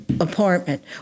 apartment